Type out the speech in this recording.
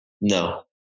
No